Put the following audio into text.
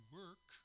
work